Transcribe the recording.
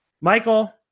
Michael